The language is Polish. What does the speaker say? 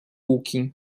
łuki